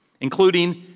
including